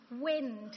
Wind